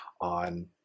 on